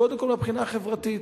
קודם כול, מהבחינה החברתית